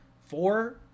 four